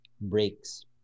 breaks